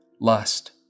lust